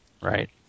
right